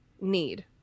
need